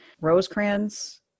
Rosecrans